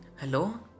Hello